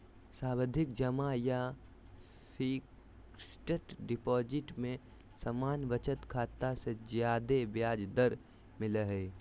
सावधि जमा या फिक्स्ड डिपाजिट में सामान्य बचत खाता से ज्यादे ब्याज दर मिलय हय